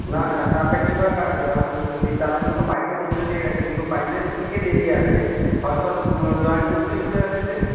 না না তারটা কী করে কাটবে সেই তারগুলো তো পাইপের মধ্যে দিয়ে গেছে কিন্তু পাইপের থেকে বেরিয়ে আছে হয়তো জয়েন করতেই ভুলে গেছে সে